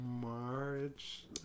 March